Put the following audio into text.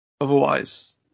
otherwise